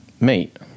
meet